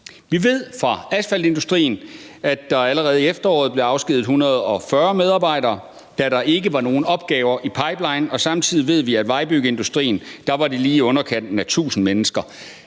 Vi ved fra asfaltindustrien, at der allerede i efteråret blev afskediget 140 medarbejdere, da der ikke var nogen opgaver i pipelinen, og samtidig ved vi, at det i vejbygningsindustrien var lige i underkanten af 1.000 mennesker.